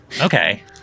okay